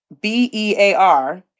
B-E-A-R